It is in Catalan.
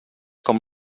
com